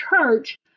church